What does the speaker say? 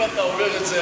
אם אתה אומר את זה,